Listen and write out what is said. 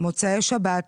מוצאי שבת.